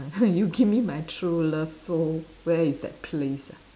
you give me my true love so where is that place